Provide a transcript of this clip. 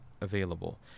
available